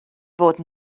fod